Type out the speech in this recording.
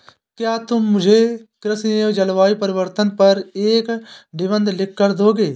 क्या तुम मुझे कृषि एवं जलवायु परिवर्तन पर एक निबंध लिखकर दोगे?